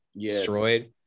destroyed